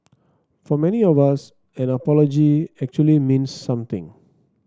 for many of us an apology actually means something